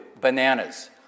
bananas